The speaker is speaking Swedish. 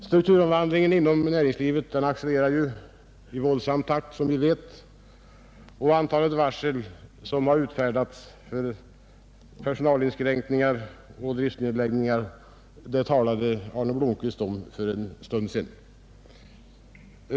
Strukturomvandlingen inom näringslivet accelererar som bekant i våldsam takt, och antalet varsel som utfärdas för personalinskränkningar och driftsnedläggningar talade herr Blomkvist om för en stund sedan.